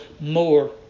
more